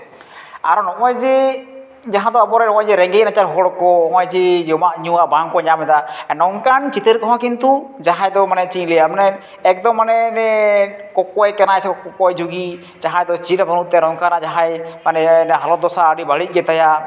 ᱟᱨᱚ ᱱᱚᱜᱼᱚᱭ ᱡᱮ ᱡᱟᱦᱟᱸ ᱫᱚ ᱟᱵᱚᱨᱮᱱ ᱨᱮᱸᱜᱮᱡ ᱱᱟᱪᱟᱨ ᱦᱚᱲ ᱠᱚ ᱦᱚᱸᱜᱼᱚᱭ ᱡᱮ ᱡᱮᱢᱟᱜ ᱧᱩᱣᱟᱜ ᱵᱟᱝᱠᱚ ᱧᱟᱢᱮᱫᱟ ᱱᱚᱝᱠᱟᱱ ᱪᱤᱛᱟᱹᱨ ᱠᱚᱦᱚᱸ ᱠᱤᱱᱛᱩ ᱡᱟᱦᱟᱸᱭ ᱫᱚ ᱢᱟᱱᱮ ᱪᱮᱫ ᱤᱧ ᱞᱟᱹᱭᱟ ᱢᱟᱱᱮ ᱮᱠᱫᱚᱢ ᱢᱟᱱᱮ ᱠᱚᱠᱚᱭ ᱠᱟᱱᱟᱭ ᱥᱮ ᱠᱚᱠᱚᱭ ᱡᱩᱜᱤ ᱡᱟᱦᱟᱸᱭ ᱫᱚ ᱪᱮᱫ ᱦᱚᱸ ᱵᱟᱹᱱᱩᱜ ᱛᱟᱭᱟ ᱱᱚᱝᱠᱟᱱᱟᱜ ᱡᱟᱦᱟᱸᱭ ᱢᱟᱱᱮ ᱦᱟᱞᱚᱛ ᱫᱚᱥᱟ ᱟᱹᱰᱤ ᱵᱟᱹᱲᱤᱡ ᱜᱮᱛᱟᱭᱟ